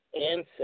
ancestors